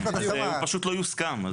והוא פשוט לא יוסכם.